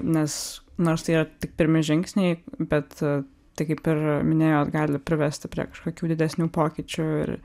nes nors tai yra tik pirmi žingsniai bet tai kaip ir minėjot gali privesti prie kažkokių didesnių pokyčių ir